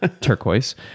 Turquoise